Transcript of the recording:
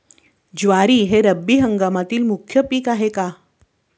ज्वारी हे रब्बी हंगामातील मुख्य पीक आहे का?